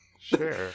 Sure